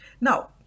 now